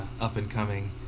up-and-coming